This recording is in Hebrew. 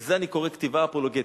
לזה אני קורא כתיבה אפולוגטית,